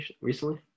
recently